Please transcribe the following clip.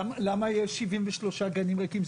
למה יש 73 גנים ריקים?